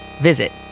visit